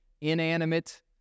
inanimate